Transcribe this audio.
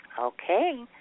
Okay